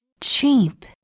Cheap